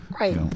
right